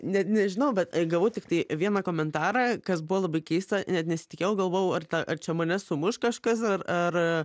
net nežinau bet gavau tiktai vieną komentarą kas buvo labai keista net nesitikėjau galvojau ar ta ar čia mane sumuš kažkas ar ar